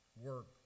work